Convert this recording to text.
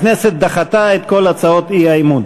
הכנסת דחתה את כל הצעות האי-אמון.